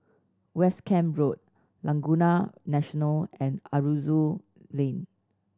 West Camp Road Laguna National and Aroozoo Lane